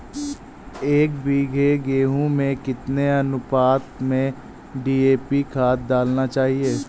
एक बीघे गेहूँ में कितनी अनुपात में डी.ए.पी खाद डालनी चाहिए?